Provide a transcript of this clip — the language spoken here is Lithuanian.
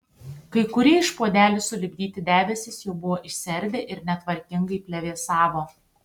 kai kurie iš puodelių sulipdyti debesys jau buvo išsiardę ir netvarkingai plevėsavo